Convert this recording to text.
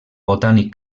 botànic